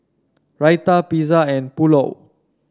Raita Pizza and Pulao